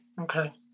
Okay